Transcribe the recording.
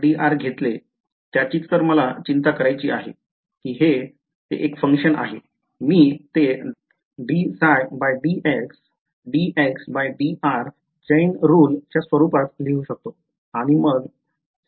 मी जर घेतले त्याचीच तर मला चिंता करायची आहे कि ते एक function आहे मी ते chain रुलच्या स्वरूपात लिहू शकतो